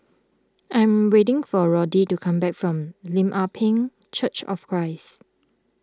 I am waiting for Roddy to come back from Lim Ah Pin Church of Christ